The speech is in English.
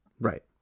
Right